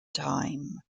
time